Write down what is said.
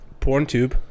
PornTube